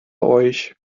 euch